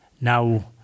now